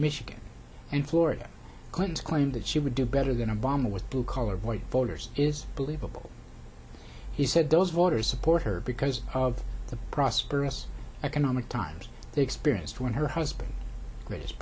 michigan and florida clinton claimed that she would do better than obama with blue collar white voters is believable he said those voters support her because of the prosperous economic times they experienced when her husband greatest